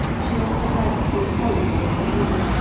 she must have had some sons in the army.